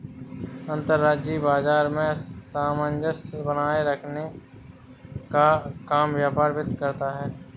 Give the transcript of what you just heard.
अंतर्राष्ट्रीय बाजार में सामंजस्य बनाये रखने का काम व्यापार वित्त करता है